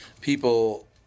People